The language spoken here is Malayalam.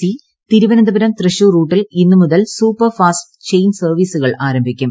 സി തിരുവനന്തപുരം തൃശൂർ റൂട്ടിൽ ഇന്നു മുതൽ സൂപ്പർഫാസ്റ്റ് ചെയിൻ സർവ്വീസുകൾ ആരംഭിക്കും